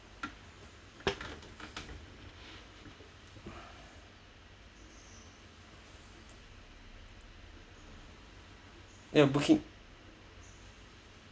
ya booking